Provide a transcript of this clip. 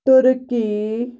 turkey